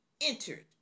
entered